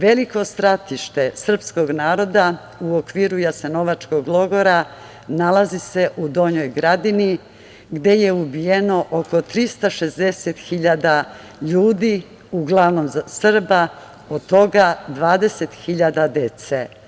Veliko stratište srpskog naroda u okviru Jasenovačkog logora nalazi se u Donjoj Gradini, gde je ubijeno oko 360.000 ljudi, uglavnom Srba, od toga 20.000 dece.